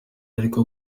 ariko